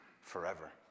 forever